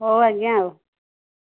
ହଉ ଆଜ୍ଞା ଆଉ